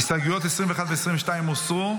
להצביע על 23. הסתייגויות 21 ו-22 הוסרו.